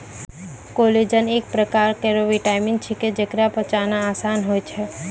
collagen एक परकार केरो विटामिन छिकै, जेकरा पचाना आसान होय छै